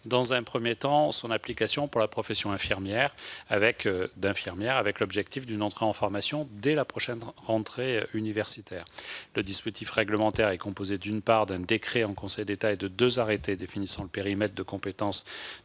dans un premier temps, la pratique avancée pour la profession d'infirmière, en fixant comme objectif une entrée en formation dès la prochaine rentrée universitaire. Le dispositif réglementaire est composé d'un décret en Conseil d'État et de deux arrêtés définissant le périmètre de compétence